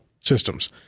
systems